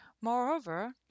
Moreover